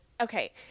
Okay